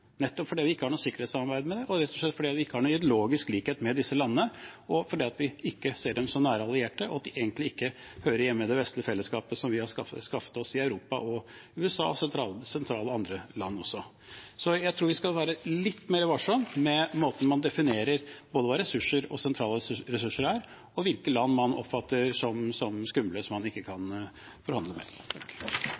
nettopp fordi vi ikke har noe sikkerhetssamarbeid med dem, og rett og slett fordi vi ikke har noen ideologisk likhet med disse landene, fordi vi ikke ser dem som nære allierte, og at de egentlig ikke hører hjemme i det vestlige fellesskapet som vi har skaffet oss i Europa, i USA og også i andre sentrale land. Jeg tror man skal være litt mer varsom med måten man definerer både hva ressurser og sentrale ressurser er, og hvilke land man oppfatter som skumle, og som man ikke kan